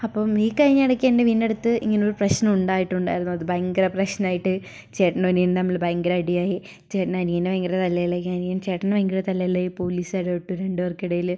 അപ്പം ഈ കഴിഞ്ഞ ഇടയ്ക്ക് എൻ്റെ വീടിനടുത്ത് ഇങ്ങനെ ഒരു പ്രശ്നം ഉണ്ടായിട്ടുണ്ടായിരുന്നു അത് ഭയങ്കര പ്രശ്നമായിട്ട് ചേട്ടനും അനിയനും തമ്മിൽ ഭയങ്കര അടിയായി ചേട്ടൻ അനിയനെ ഭയങ്കര തല്ലുകളൊക്കെ ആയി അനിയൻ ചേട്ടനെ ഭയങ്കര തല്ലലായി പോലീസുകാർ ഇടപെട്ടു രണ്ട് പേർക്കും ഇടയിൽ